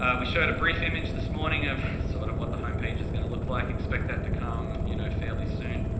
we showed a brief image this morning of, sort of what the homepage is going to look like, expect that to come, you know, fairly soon.